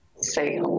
say